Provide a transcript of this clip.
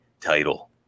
title